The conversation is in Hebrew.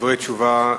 דברי תשובה,